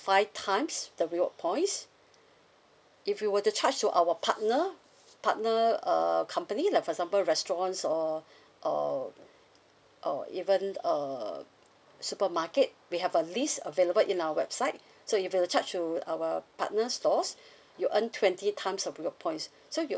five times the reward points if you were to charge to our partner partner err company like for example restaurants or or or even err supermarket we have a list available in our website so if you were to charge to our partner stores you earn twenty times of reward points so if you